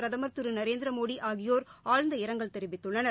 பிரதமர் திரு நநரேந்திரமோடி ஆகியோர் ஆழ்ந்த இரங்கல் தெரிவித்துள்ளார்